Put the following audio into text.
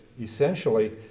essentially